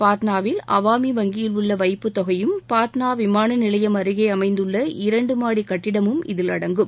பாட்னாவில் அவாமி வங்கியில் உள்ள வைப்பு தொகையும் பாட்னா விமான நிலையம் அருகே அமைந்துள்ள இரண்டு மாடி கட்டிடமும் இதில் அடங்கும்